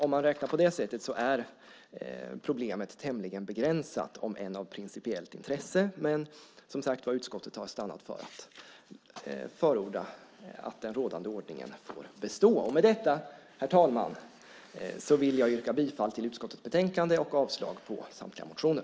Om man räknar på det sättet är problemet tämligen begränsat om än av principiellt intresse. Utskottet har som sagt stannat för att förorda att den rådande ordningen får bestå. Herr talman! Med detta vill jag yrka bifall till förslaget i utskottets betänkande och avslag på samtliga motioner.